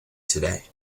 today